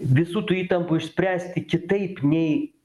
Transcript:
visų tų įtampų išspręsti kitaip nei